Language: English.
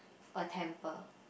a temple